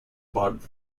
barbed